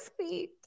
sweet